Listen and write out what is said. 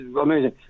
Amazing